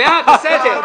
בעד, בסדר.